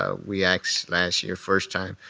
ah we asked last year, first time,